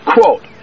Quote